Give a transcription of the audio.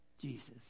Jesus